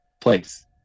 place